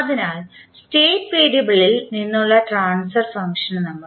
അതിനാൽ സ്റ്റേറ്റ് വേരിയബിളിൽ നിന്നുള്ള ട്രാൻസ്ഫർ ഫംഗ്ഷന് നമുക്ക്